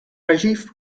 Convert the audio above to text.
rajiv